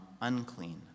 unclean